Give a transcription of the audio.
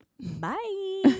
Bye